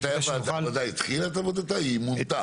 הוועדה התחילה את עבודתה או מונתה?